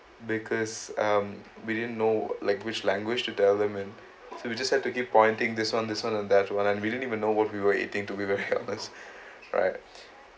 because um we didn't know like which language to tell them and so we just have to keep pointing this [one] this [one] and that [one] and we didn't even know what we were eating to be very honest right